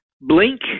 blink